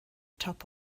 top